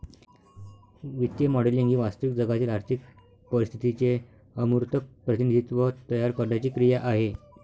वित्तीय मॉडेलिंग ही वास्तविक जगातील आर्थिक परिस्थितीचे अमूर्त प्रतिनिधित्व तयार करण्याची क्रिया आहे